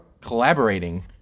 collaborating